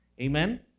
Amen